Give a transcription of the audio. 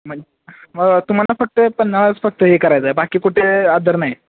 मन म तुम्हाला फक्त पन्हाळाच फक्त हे करायचं आहे बाकी कुठे आदर ना